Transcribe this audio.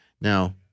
Now